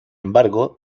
embargo